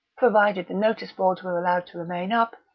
provided the notice-boards were allowed to remain up,